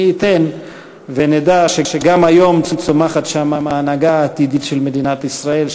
מי ייתן ונדע שגם היום צומחת שם ההנהגה העתידית של מדינת ישראל,